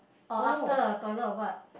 or after a toilet or what